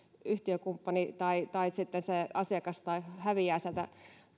yhtiökumppani tai tai asiakas häviää sieltä